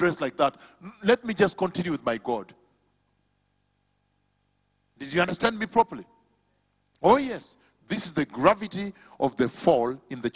dress like that let me just continue with my code if you understand me properly oh yes this is the gravity of the fall in the